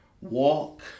walk